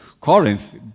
Corinth